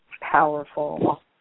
powerful